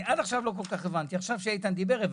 עכשיו לא כל כך הבנתי, ועכשיו כשאיתן דיבר הבנתי.